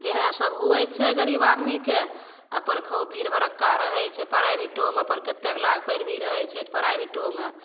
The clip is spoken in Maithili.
इएहसब हुए छै गरीब आदमीके अपन खूब भीड़ भड़क्का रहै छै प्राइवेटोमे अपन कतेक लाख पैरवी रहै छै तऽ प्राइवेटोमे